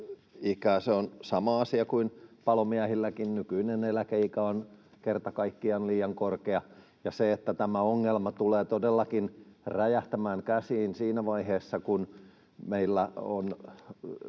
Se on sama asia kuin palomiehilläkin: nykyinen eläkeikä on kerta kaikkiaan liian korkea. Ja tämä ongelma tulee todellakin räjähtämään käsiin siinä vaiheessa, kun meillä